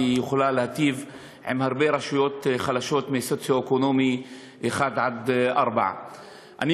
והיא יכולה להיטיב עם הרבה רשויות חלשות מאשכול סוציו-אקונומי 1 4. אני,